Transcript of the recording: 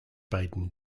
baden